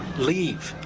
leave!